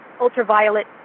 ultraviolet